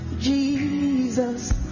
Jesus